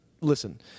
listen